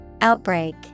Outbreak